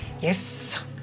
Yes